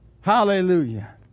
hallelujah